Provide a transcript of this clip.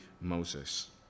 Moses